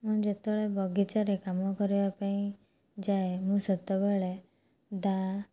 ମୁଁ ଯେତେବେଳେ ବଗିଚାରେ କାମ କରିବା ପାଇଁ ଯାଏ ମୁଁ ସେତେବେଳେ ଦାଆ